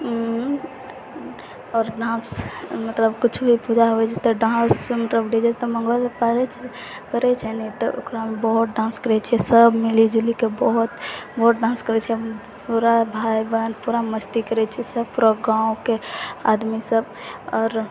आओर यहाँ मतलब कुछ भी पूजा होय छै तऽ डांस डी जे तऽ नहि तऽ ओकरा मे बहुत डांस करै छै सब मिली जुली कऽ बहुत बहुत डांस करै छै पूरा भाइ बहन पूरा मस्ती करै छै सब पूरा गाँवके आदमी सब आओर